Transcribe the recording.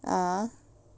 ah